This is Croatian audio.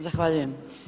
Zahvaljujem.